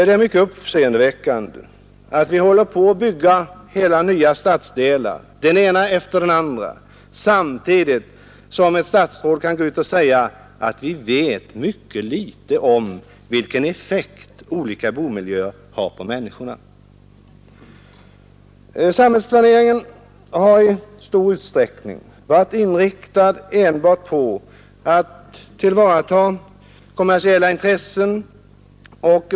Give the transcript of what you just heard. Det är mycket uppseendeväckande att man bygger stora nya stadsdelar, den ena efter den andra, samtidigt som ett statsråd kan gå ut och säga att vi vet mycket litet om vilken effekt olika boendemiljöer har på människorna. Samhällsplaneringen har i stor utsträckning varit inriktad enbart på att tillvarata kommersiella intressen.